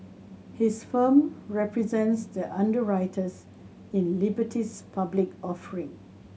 his firm represents the underwriters in Liberty's public offering